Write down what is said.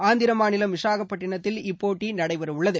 ஆந்திர மாநிலம் விசாகப்பட்டினத்தில் இப்போட்டி நடைபெறவுள்ளது